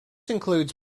includes